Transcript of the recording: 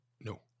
No